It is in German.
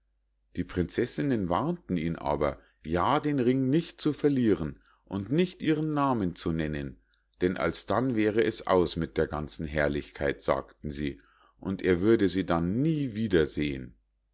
die prinzessinnen warnten ihn aber ja den ring nicht zu verlieren und nicht ihren namen zu nennen denn alsdann wäre es aus mit der ganzen herrlichkeit sagten sie und er würde sie dann nie